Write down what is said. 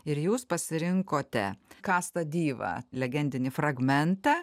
ir jūs pasirinkote kasta diva legendinį fragmentą